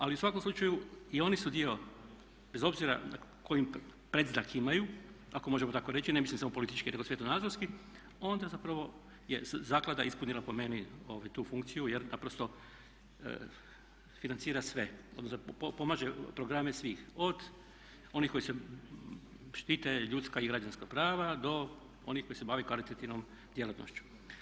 Ali u svakom slučaju i oni su dio bez obzira koji predznak imaju ako možemo tako reći, ne mislim samo politički, nego svjetonazorski, onda zapravo je zaklada ispunila po meni tu funkciju jer naprosto financira sve, odnosno pomaže programe svih od onih koji se štite ljudska i građanska prava do onih koji se bave karitativnom djelatnošću.